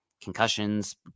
concussions